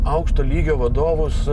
aukšto lygio vadovus